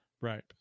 Right